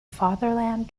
fatherland